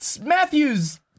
Matthews